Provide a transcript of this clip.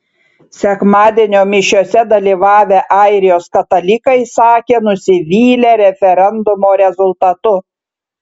sekmadienio mišiose dalyvavę airijos katalikai sakė nusivylę referendumo rezultatu